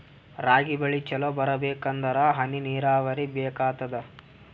ರಾಗಿ ಬೆಳಿ ಚಲೋ ಬರಬೇಕಂದರ ಹನಿ ನೀರಾವರಿ ಬೇಕಾಗತದ?